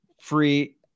free